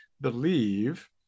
believe